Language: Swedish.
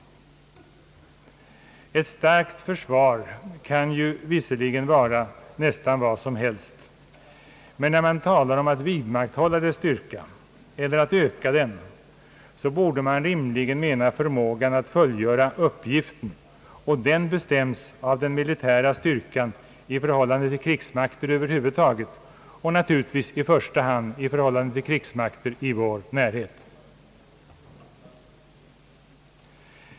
Ett »starkt försvar» kan visserligen vara nästan vad som helst, men när man talar om att vidmakthålla dess styrka eller att öka den, borde man rimligen mena förmågan att fullgöra uppgiften, och den bestäms av den militära styrkan i förhållande till krigsmakter över huvud taget och naturligtvis i första hand i förhållande till krigsmakter i vår närhet.